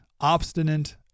obstinate